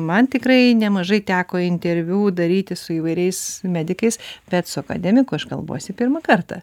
man tikrai nemažai teko interviu daryti su įvairiais medikais bet su akademiku aš kalbuosi pirmą kartą